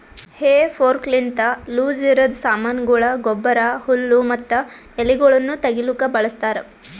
ಹೇ ಫೋರ್ಕ್ಲಿಂತ ಲೂಸಇರದ್ ಸಾಮಾನಗೊಳ, ಗೊಬ್ಬರ, ಹುಲ್ಲು ಮತ್ತ ಎಲಿಗೊಳನ್ನು ತೆಗಿಲುಕ ಬಳಸ್ತಾರ್